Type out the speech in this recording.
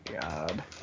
god